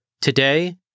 Today